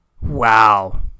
Wow